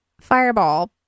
fireball